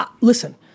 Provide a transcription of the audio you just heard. listen